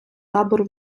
табору